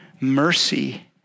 mercy